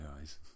eyes